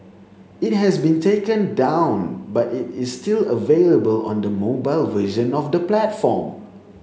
it has been taken down but it is still available on the mobile version of the platform